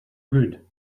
good